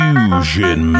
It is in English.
Fusion